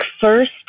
first